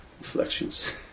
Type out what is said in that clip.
reflections